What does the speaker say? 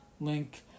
link